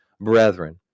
brethren